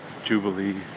Jubilee